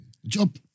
Job